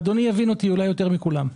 אדוני יבין אותי אולי יותר מכולם.